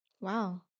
Wow